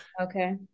Okay